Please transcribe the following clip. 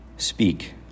Speak